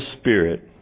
Spirit